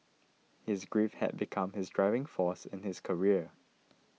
his grief had become his driving force in his career